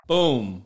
Boom